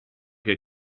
che